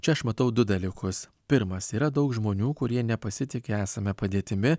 čia aš matau du dalykus pirmas yra daug žmonių kurie nepasitiki esama padėtimi